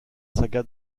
saga